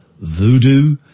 voodoo